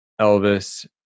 Elvis